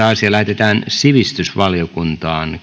asia lähetetään sivistysvaliokuntaan